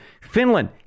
Finland